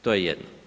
To je jedno.